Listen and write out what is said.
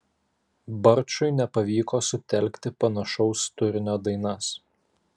barčui nepavyko sutelkti panašaus turinio dainas